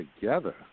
together